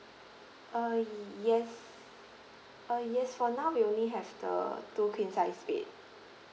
uh yes uh yes for now we only have the two queen size bed